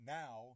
now